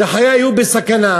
שחיי היו בסכנה,